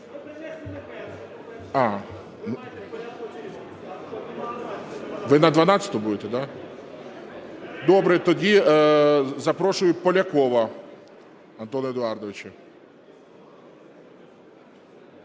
Ви на 12-у будете, да? Добре. Тоді запрошую Полякова Антона Едуардовича.